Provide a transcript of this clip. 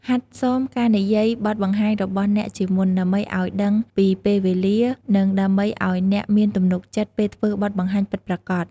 ហាត់សមការនិយាយបទបង្ហាញរបស់អ្នកជាមុន ដើម្បីឱ្យដឹងពីពេលវេលា និងដើម្បីឱ្យអ្នកមានទំនុកចិត្តពេលធ្វើបទបង្ហាញពិតប្រាកដ។